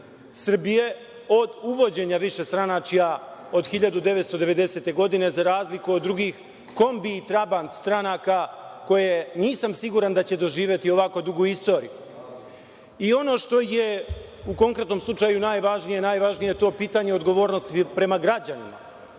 Srbije od uvođenja višestranačja od 1990. godine za razliku od drugih kombi i trabant stranaka koje nisam siguran da će doživeti ovako dugu istoriju. Ono što je u konkretnom slučaju najvažnije, a najvažnije je to pitanje odgovornosti prema građanima.